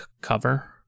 cover